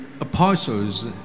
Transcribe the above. Apostles